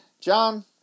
John